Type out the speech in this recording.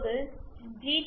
இப்போது ஜி